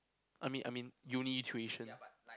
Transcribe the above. I mean I mean uni tuition